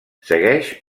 segueix